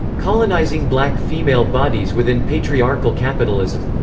colonizing black female bodies within patriarchal capitalism.